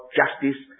justice